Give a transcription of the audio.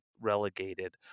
relegated